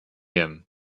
him